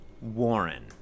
Warren